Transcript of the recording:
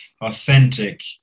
authentic